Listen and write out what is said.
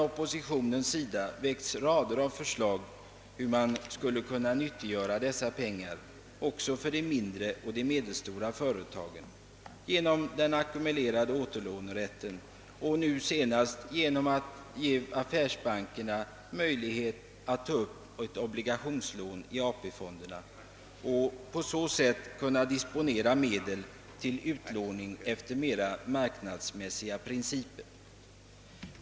Oppositionen har lagt fram rader av förslag om hur man skulle kunna nyttiggöra dessa pengar också för mindre och medelstora företag, t.ex. genom ackumulerad återlånerätt eller — som senast förordats — genom att ge affärsbankerna möjlighet att ta upp obligationslån i AP-fonden och disponera medlen för utlåning enligt marknadsmässiga principer.